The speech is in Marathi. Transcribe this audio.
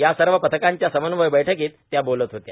या सर्व पथकांच्या समन्वय बैठकीत त्या बोलत होत्या